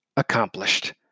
Accomplished